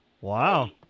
Wow